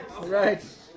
Right